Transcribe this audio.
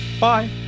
Bye